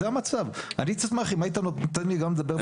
זה המצב, אני אשמח אם היית נותן לי גם לדבר.